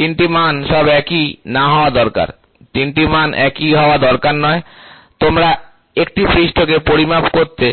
3 টি মান সব একই না হওয়া দরকার তিনটি মান একই হওয়া দরকার নয় তোমরা একটি পৃষ্ঠকে পরিমাপ করতে